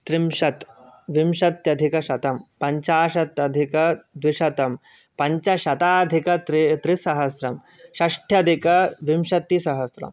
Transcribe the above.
त्रिंशत् विंशत्यधिकशतं पञ्चाशत् अधिकद्विशतं पञ्चशताधिक त्रिसहस्रं षष्ठ्यधिकविंशतिसहस्रम्